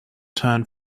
turn